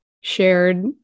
shared